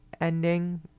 ending